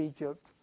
Egypt